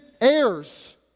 heirs